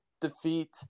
defeat